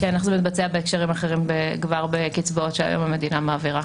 איך זה מתבצע בהקשרים אחרים כבר היום בקצבאות שהמדינה מעבירה?